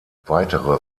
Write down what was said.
weitere